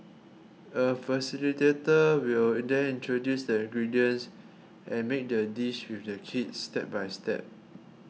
a facilitator will then introduce the ingredients and make the dish with the kids step by step